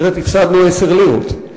אחרת הפסדנו 10 לירות,